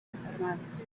desarmados